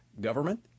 Government